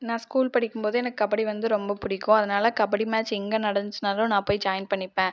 நான் ஸ்கூல் படிக்கும்போது எனக்கு கபடி வந்து ரொம்ப பிடிக்கும் அதனால் கபடி மேட்ச் எங்கே நடந்துச்சினாலும் நான் போய் ஜாயின் பண்ணிப்பேன்